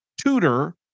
tutor